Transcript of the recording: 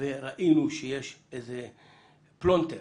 וראינו שיש פלונטר